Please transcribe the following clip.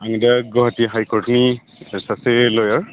आं दा गुवाहाटि हाय कर्टनि सासे लयार